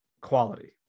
quality